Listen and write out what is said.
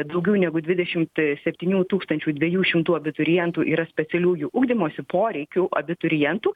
daugiau negu dvidešimt septynių tūkstančių dviejų šimtų abiturientų yra specialiųjų ugdymosi poreikių abiturientų